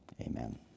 amen